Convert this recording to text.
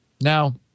Now